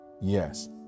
Yes